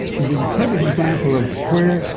is a perfect example of where.